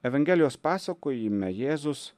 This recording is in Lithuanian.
evangelijos pasakojime jėzus